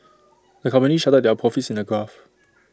the company charted their profits in A graph